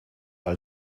all